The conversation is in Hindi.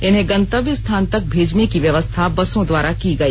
इन्हें गंतव्य स्थान तक भेजने की व्यवस्था बसों द्वारा की गई